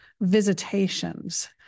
visitations